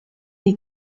die